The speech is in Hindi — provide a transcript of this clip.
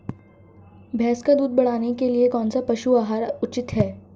भैंस का दूध बढ़ाने के लिए कौनसा पशु आहार उचित है?